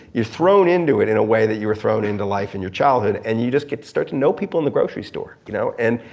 you're thrown into it in a way that you weren't thrown into life in your childhood and you just get to start to know people in the grocery store. you know and,